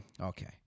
Okay